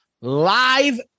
live